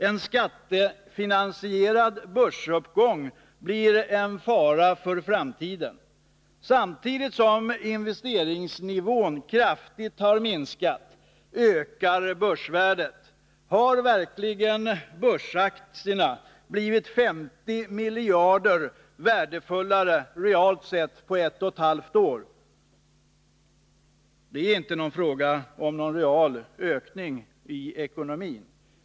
En skattefinansierad börsuppgång blir en fara för framtiden. Samtidigt som investeringsnivån kraftigt minskar ökar börsvärdet. Har verkligen börsaktierna realt sett blivit 50 miljarder kronor värdefullare på ett och halvt år? Är det fråga om en real ökning i ekonomin?